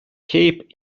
keep